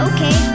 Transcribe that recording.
Okay